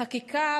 שבחקיקה,